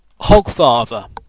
Hogfather